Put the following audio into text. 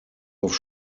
auf